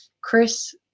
Chris